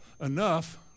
enough